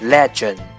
Legend